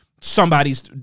somebody's